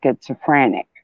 schizophrenic